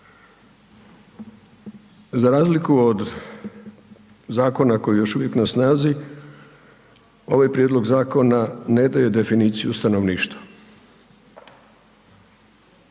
za razliku od zakona koji je još uvijek na snazi, ovaj prijedlog zakona ne daje definiciju stanovništva.